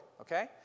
okay